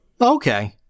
okay